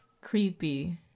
creepy